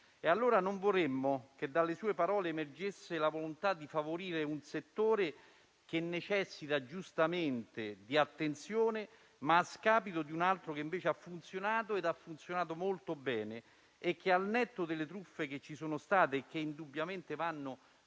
Non vorremmo che dalle sue parole emergesse la volontà di favorire un settore che necessita giustamente di attenzione, ma a scapito di un altro che invece ha funzionato molto bene e che, al netto delle truffe che ci sono state, e che indubbiamente vanno